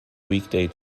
weekday